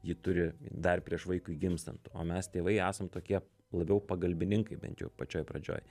jį turi dar prieš vaikui gimstant o mes tėvai esam tokie labiau pagalbininkai bent jau pačioj pradžioj